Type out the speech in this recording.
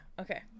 Okay